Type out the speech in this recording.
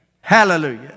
Hallelujah